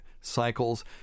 cycles